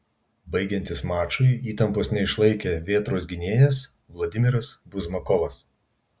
baigiantis mačui įtampos neišlaikė vėtros gynėjas vladimiras buzmakovas